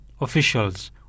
officials